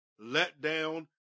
letdown